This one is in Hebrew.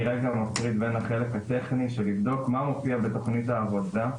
אני רגע מפריד בין החלק הטכני של לבדוק מה מופיע בתוכנית העבודה,